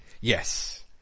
Yes